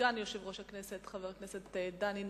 סגן יושב-ראש הכנסת, חבר הכנסת דני דנון.